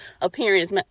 appearance